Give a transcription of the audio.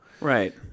right